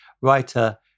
writer